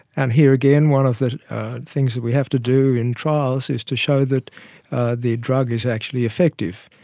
and here again, one of the things that we have to do in trials is to show that the drug is actually effective.